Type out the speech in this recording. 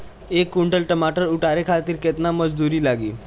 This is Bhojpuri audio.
एक कुंटल टमाटर उतारे खातिर केतना मजदूरी लागी?